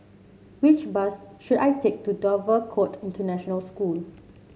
which bus should I take to Dover Court International School